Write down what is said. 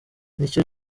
nicyo